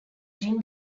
jin